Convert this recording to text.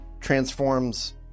transforms